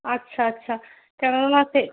আচ্ছা আচ্ছা কেননা সে